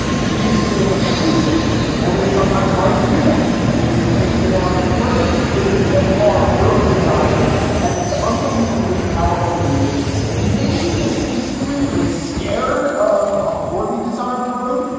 we should do the same with policing only. it's sometimes hard to do that. i mean, to take the analogy further, it's as if our road designers had these unbelievably powerful unions and maybe the citizenry was. scared of a poorly designed road.